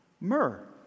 Myrrh